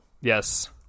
yes